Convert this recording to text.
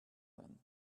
then